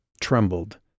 trembled